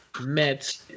met